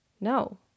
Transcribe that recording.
No